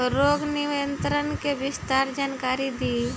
रोग नियंत्रण के विस्तार जानकारी दी?